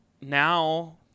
now